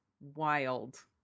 wild